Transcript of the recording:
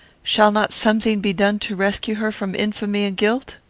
shall not something be done to rescue her from infamy and guilt?